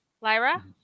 Lyra